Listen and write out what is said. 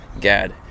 Gad